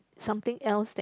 something else that